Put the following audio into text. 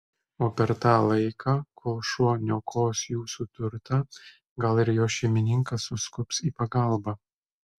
o per tą laiką kol šuo niokos jūsų turtą gal ir jo šeimininkas suskubs į pagalbą